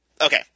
Okay